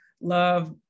love